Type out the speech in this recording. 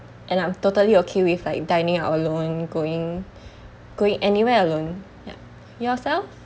and I'm totally okay with like dining out alone going going anywhere alone yup yourself